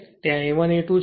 ત્યાં A1 A2 છે